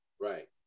Right